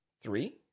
Three